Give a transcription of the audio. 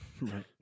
Right